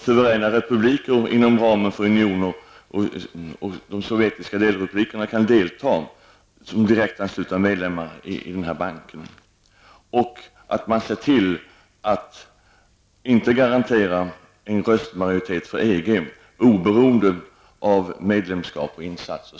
Suveräna republiker inom ramen för unioner och de sovjetiska delrepublikerna måste kunna delta som direktanslutna medlemmar i denna bank. En röstmajoritet för EG får inte garanteras, oberoende av medlemskap och insatser.